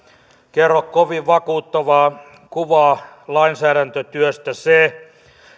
anna kovin vakuuttavaa kuvaa lainsäädäntötyöstä se